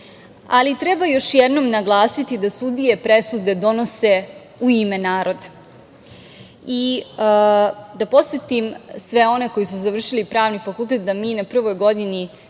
istih. Treba još jednom naglasiti da sudije presude donose u ime naroda. Da podsetim sve one koji su završili Pravni fakultet, da mi na prvoj godini